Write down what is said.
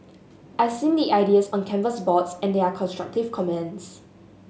I seen the ideas on the canvas boards and there are constructive comments